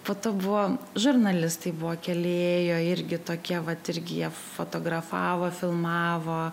po to buvo žurnalistai buvo keli ėjo irgi tokie vat irgi jie fotografavo filmavo